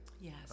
Yes